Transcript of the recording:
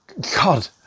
God